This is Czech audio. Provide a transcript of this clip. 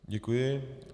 Děkuji.